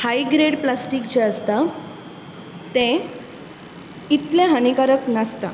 हाय grade plastic जें आसता तें इतलें हानिकारक नासता